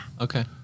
Okay